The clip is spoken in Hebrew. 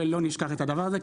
לא נשכח את הדבר הזה,